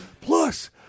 plus